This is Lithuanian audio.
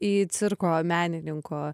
į cirko menininko